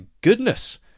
goodness